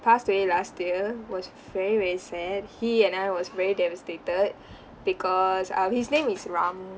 passed away last year was very very sad he and I was very devastated because uh his name is ram